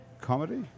Comedy